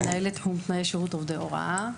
אני מנהלת תחום תנאי שירות עובדי הוראה.